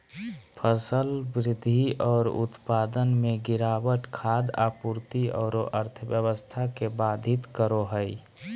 फसल वृद्धि और उत्पादन में गिरावट खाद्य आपूर्ति औरो अर्थव्यवस्था के बाधित करो हइ